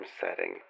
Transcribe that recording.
setting